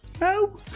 No